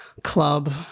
club